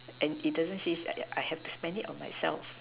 and it doesn't say that that I have to spend it on myself